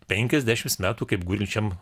penkiasdešimt metų kaip gulinčiam